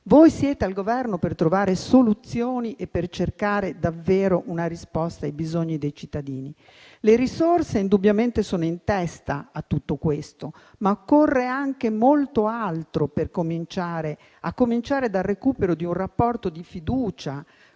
Voi siete al Governo per trovare soluzioni e per cercare davvero una risposta ai bisogni dei cittadini. Le risorse indubbiamente sono in testa a tutto questo, ma occorre anche molto altro, a cominciare dal recupero di un rapporto di fiducia